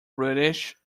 british